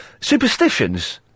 Superstitions